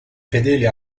fedeli